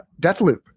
Deathloop